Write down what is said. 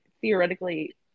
theoretically